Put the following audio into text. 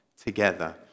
together